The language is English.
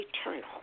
eternal